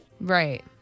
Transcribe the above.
Right